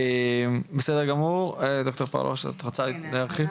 בסדר גמור, ד"ר פאולה, את רוצה הרחיב?